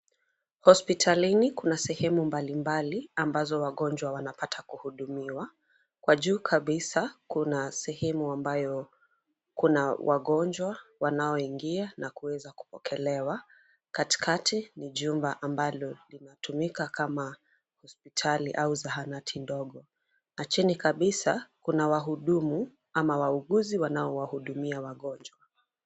Hospitalini kuna sehemu mbalimbali ambazo wagonjwa wanapata kuhudumiwa. Kwa juu kabisa, kuna sehemu ambayo kuna wagonjwa wanaoingia na kuweza kupokelewa. Katikati ni jumba ambalo linatumika kama hospitali au zahanati ndogo. Na chini kabisa, kuna wahudumu ama wauguzi wanaowahudumia wagonjwa.